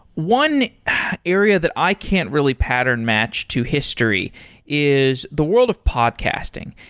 one area that i can't really pattern match to history is the world of podcasting.